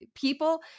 people